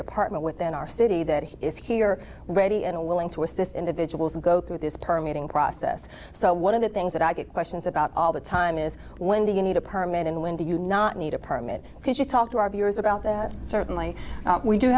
department within our city that he is here ready and willing to assist individuals who go through this permeating process so one of the things that i get questions about all the time is when do you need a permit and when do you not need a permit because you talk to our viewers about that certainly we do